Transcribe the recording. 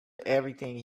everything